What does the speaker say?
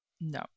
No